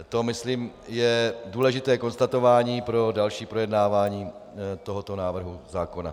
To myslím je důležité konstatování pro další projednávání tohoto návrhu zákona.